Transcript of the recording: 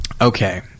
okay